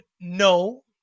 no